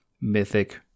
mythic